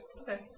Okay